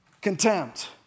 contempt